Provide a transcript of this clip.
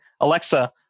Alexa